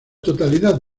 totalidad